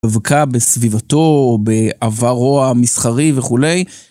דבקה בסביבתו או בעברו המסחרי וכולי.